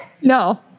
No